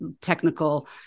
technical